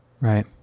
Right